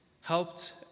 helped